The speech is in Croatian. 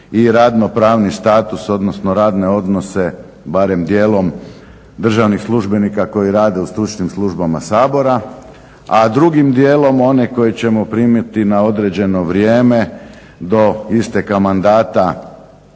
i radno pravni status, odnosno radne odnose barem dijelom državnih službenika koji rade u stručnim službama Sabora, a drugim dijelom one koje ćemo primiti na određeno vrijeme do isteka mandata